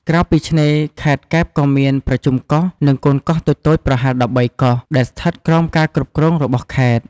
ក្រៅពីឆ្នេរ ខេត្តកែបក៏មានប្រជុំកោះ និងកូនកោះតូចៗប្រហែល ១៣ កោះ ដែលស្ថិតក្រោមការគ្រប់គ្រងរបស់ខេត្ត។